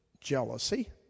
jealousy